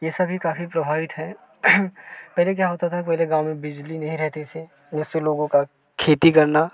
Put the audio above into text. ये सभी काफी प्रभावित हैं पहले क्या होता था कि पहले गाँव में बिजली नहीं रेहती थी उससे लोगो का खेती करना